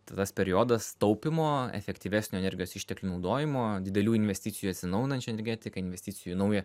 tai tas periodas taupymo efektyvesnio energijos išteklių naudojimo didelių investicijų į atsinaujinančią energetiką investicijų į naują